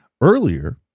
earlier